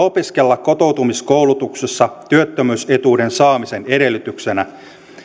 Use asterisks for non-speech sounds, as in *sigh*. *unintelligible* opiskella kotoutumiskoulutuksessa työttömyysetuuden saamisen edellytyksenä